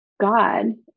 God